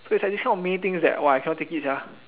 so is like this kind of many things that !wah! I cannot take it sia